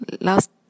last